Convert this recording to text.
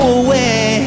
away